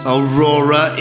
Aurora